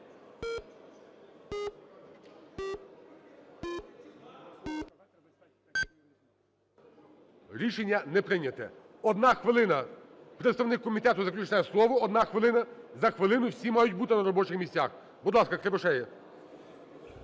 Рішення не прийнято. Одна хвилина – представник комітету, заключне слово, одна хвилина. За хвилину всі мають бути на робочих місцях. Будь ласка, Кривошея.